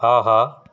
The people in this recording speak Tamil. ஆஹா